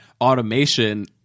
automation